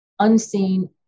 unseen